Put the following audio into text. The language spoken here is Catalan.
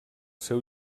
seu